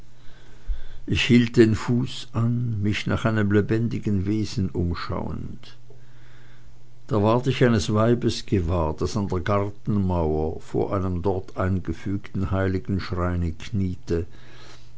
ich hielt den fuß an mich nach einem lebendigen wesen umschauend da ward ich eines weibes gewahr das an der gartenmauer vor einem dort eingefügten heiligenschreine kniete